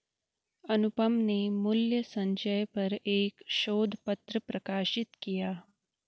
अनुपम ने मूल्य संचय पर एक शोध पत्र प्रकाशित किया